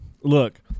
look